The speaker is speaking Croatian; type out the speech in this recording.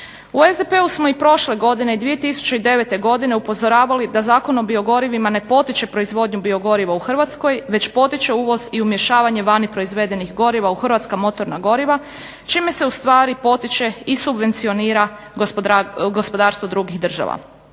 U SDP-u smo prošle godine 2009. upozoravali da Zakon o biogorivima ne potiče proizvodnju biogoriva u HRvatskoj, već potiče uvoz i umješavanje vani proizvedenih goriva u hrvatska motorna goriva, čime se ustvari potiče i subvencionira gospodarstvo drugih država.